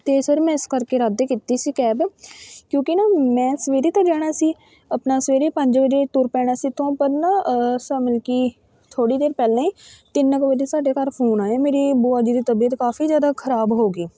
ਅਤੇ ਸਰ ਮੈਂ ਇਸ ਕਰਕੇ ਰੱਦ ਕੀਤੀ ਸੀ ਕੈਬ ਕਿਉਂਕਿ ਨਾ ਮੈਂ ਸਵੇਰੇ ਤਾਂ ਜਾਣਾ ਸੀ ਆਪਣਾ ਸਵੇਰੇ ਪੰਜ ਵਜੇ ਤੁਰ ਪੈਣਾ ਸੀ ਇੱਥੋਂ ਪਰ ਨਾ ਸਰ ਮਲ ਕਿ ਥੋੜ੍ਹੀ ਦੇਰ ਪਹਿਲਾਂ ਹੀ ਤਿੰਨ ਕੁ ਵਜੇ ਸਾਡੇ ਘਰ ਫੋਨ ਆਇਆ ਮੇਰੀ ਭੂਆ ਜੀ ਦੀ ਤਬੀਅਤ ਕਾਫੀ ਜ਼ਿਆਦਾ ਖਰਾਬ ਹੋ ਗਈ